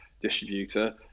distributor